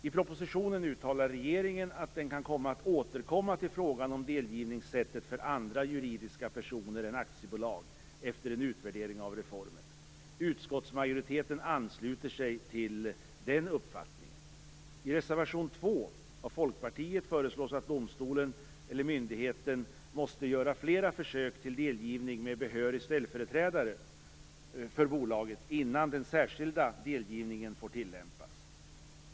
I propositionen uttalar regeringen att den kan komma att återkomma till frågan om delgivningssättet för andra juridiska personer än aktiebolag efter en utvärdering av reformen. Utskottsmajoriteten ansluter sig till den uppfattningen. I reservation 2 av Folkpartiet föreslås att domstolen eller myndigheten måste göra flera försök till delgivning med behörig ställföreträdare för bolaget innan den särskilda delgivningen får tillämpas.